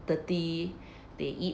dirty they eat